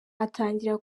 atangira